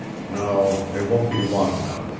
no, it won't be long enough.